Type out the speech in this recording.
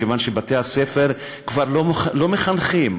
מכיוון שבתי-הספר כבר לא מחנכים.